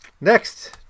Next